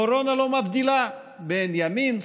קורונה לא מבדילה בין ימין,